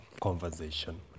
conversation